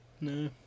No